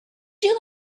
you